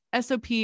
SOP